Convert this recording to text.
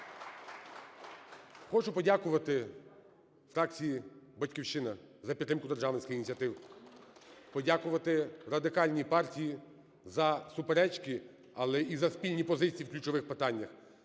Хочу подякувати фракції "Батьківщина" за підтримку державницьких ініціатив, подякувати Радикальній партій за суперечки, але й за спільні позиції в ключових питаннях,